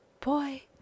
boy